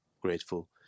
grateful